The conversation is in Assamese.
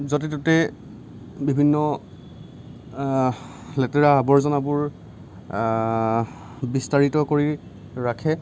য'তে ত'তে বিভিন্ন লেতেৰা আবৰ্জনাবোৰ বিস্তাৰিত কৰি ৰাখে